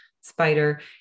Spider